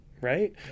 right